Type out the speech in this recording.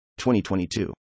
2022